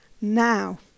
now